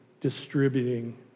distributing